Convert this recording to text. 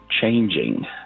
changing